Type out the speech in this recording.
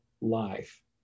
life